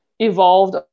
evolved